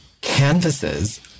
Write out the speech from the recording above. canvases